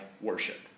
worship